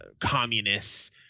communists